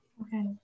Okay